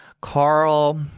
Carl